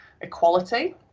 equality